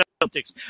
Celtics